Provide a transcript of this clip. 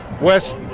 West